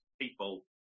people